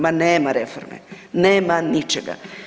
Ma nema reforme, nema ničega.